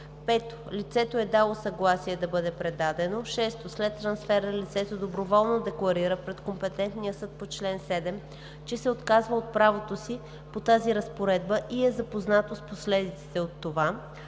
5. лицето е дало съгласие да бъде предадено; 6. след трансфера лицето доброволно декларира пред компетентния съд по чл. 7, че се отказва от правото си по тази разпоредба и е запознато с последиците от това;